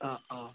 ആ ആ